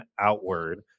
outward